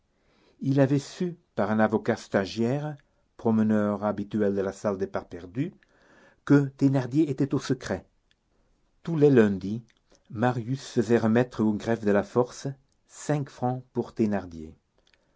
il avait su par un avocat stagiaire promeneur habituel de la salle des pas perdus que thénardier était au secret tous les lundis marius faisait remettre au greffe de la force cinq francs pour thénardier